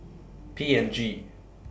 P and G